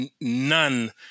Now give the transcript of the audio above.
none